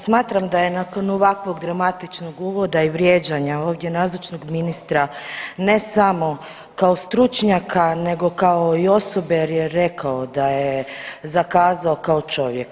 Smatram da je nakon ovako dramatičnog uvoda i vrijeđanja ovdje nazočnog ministra ne samo kao stručnjaka nego kao i osobe jer je rekao da je zakazao kao čovjek.